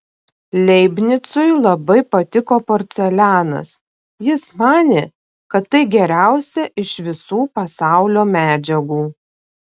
leibnicui labai patiko porcelianas jis manė kad tai geriausia iš visų pasaulio medžiagų